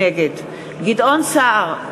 נגד גדעון סער,